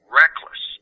reckless